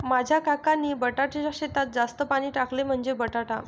माझ्या काकांनी बटाट्याच्या शेतात जास्त पाणी टाकले, म्हणजे बटाटा